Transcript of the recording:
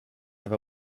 have